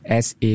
SA